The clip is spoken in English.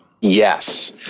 Yes